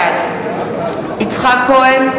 בעד יצחק כהן,